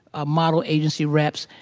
ah model agency reps,